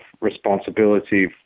responsibility